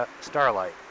Starlight